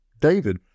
David